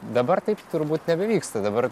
dabar taip turbūt nebevyksta dabar